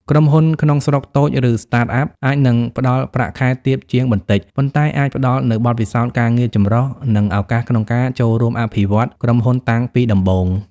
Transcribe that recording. ក្រុមហ៊ុនក្នុងស្រុកតូច ឬ Startup អាចនឹងផ្តល់ប្រាក់ខែទាបជាងបន្តិច ប៉ុន្តែអាចផ្តល់នូវបទពិសោធន៍ការងារចម្រុះ និងឱកាសក្នុងការចូលរួមអភិវឌ្ឍក្រុមហ៊ុនតាំងពីដំបូង។